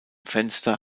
fenster